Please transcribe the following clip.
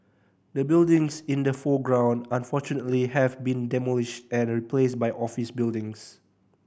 the buildings in the foreground unfortunately have been demolished and replaced by office buildings